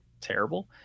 terrible